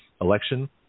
Election